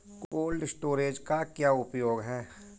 Cold storage का क्या उपयोग है?